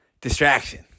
distraction